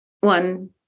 one